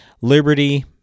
Liberty